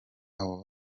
abo